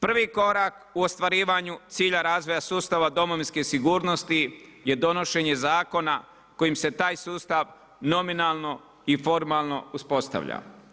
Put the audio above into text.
Prvi korak u ostvarivanju cilja razvoja sustava Domovinske sigurnosti je donošenje zakona kojim se taj sustav nominalno i formalno uspostavlja.